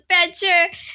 adventure